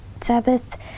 Sabbath